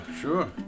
sure